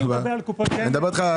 אני מדבר על קופות גמל.